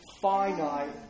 finite